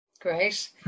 great